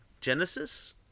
Genesis